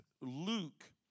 Luke